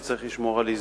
שצריך לשמור על איזון.